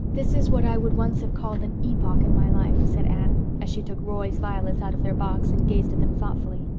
this is what i would once have called an epoch in my life, said anne, as she took roy's violets out of their box and gazed at them thoughtfully.